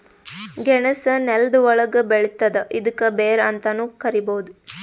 ಗೆಣಸ್ ನೆಲ್ದ ಒಳ್ಗ್ ಬೆಳಿತದ್ ಇದ್ಕ ಬೇರ್ ಅಂತಾನೂ ಕರಿಬಹುದ್